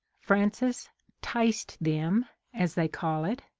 frances ticed them, as they call it,